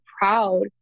proud